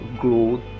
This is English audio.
growth